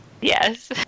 Yes